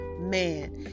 man